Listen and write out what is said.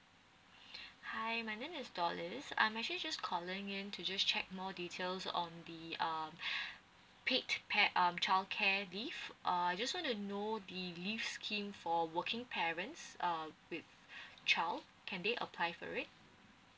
hi my name is dorris I'm actually just calling in to just check more details on the um paid paid um childcare leave uh I just want to know the leave scheme for working parents uh with child can they apply for it